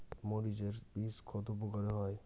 মরিচ এর বীজ কতো প্রকারের হয়?